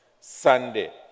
Sunday